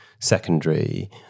secondary